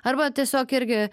arba tiesiog irgi